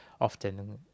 often